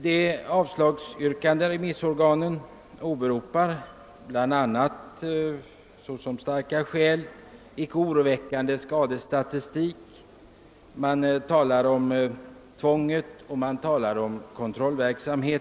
"De remissorgan som yrkat avslag på motionens hemställan om en utredning har bl.a. som ett starkt skäl åberopat en icke oroväckande skadestatistik. Man talar också om den kontroll som sker.